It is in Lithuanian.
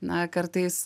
na kartais